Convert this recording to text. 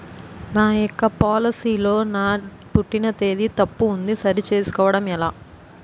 నా యెక్క పోలసీ లో నా పుట్టిన తేదీ తప్పు ఉంది సరి చేసుకోవడం ఎలా?